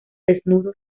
desnudo